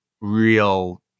real